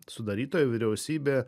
sudarytoji vyriausybė